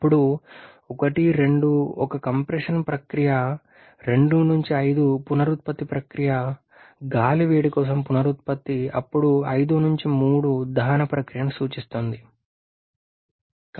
అప్పుడు 1 2 ఒక కంప్రెషన్ ప్రక్రియ 2 5 పునరుత్పత్తి ప్రక్రియ గాలి వేడి కోసం పునరుత్పత్తి అప్పుడు 5 3 దహన ప్రక్రియను సూచిస్తుంది